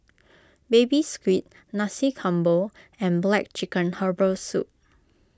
Baby Squid Nasi Campur and Black Chicken Herbal Soup